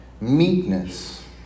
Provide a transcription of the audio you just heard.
meekness